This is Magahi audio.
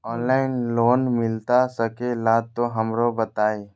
ऑनलाइन लोन मिलता सके ला तो हमरो बताई?